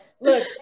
Look